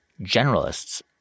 generalists